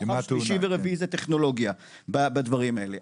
כוכב שלישי ורביעי זה טכנולוגיה בדברים האלה,